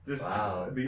Wow